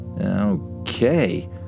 Okay